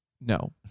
No